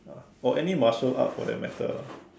got any martial art for that matter a not